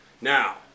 Now